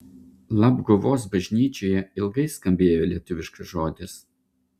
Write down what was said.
labguvos bažnyčioje ilgai skambėjo lietuviškas žodis